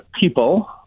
people